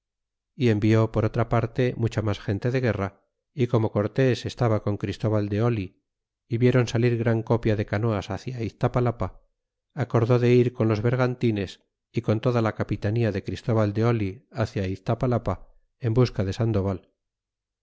y envió por otra parte mucha mas gente de guerra y como cortés estaba con christobal de oli é vieron salir gran copia de canoas hacia iztapalapa acordó de ir con los bergantines y con toda la capitanía de christóhal de oh hcia iztapalapa en busca de sandoval